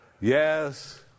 Yes